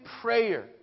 prayer